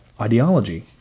ideology